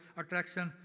attraction